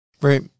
Right